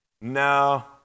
no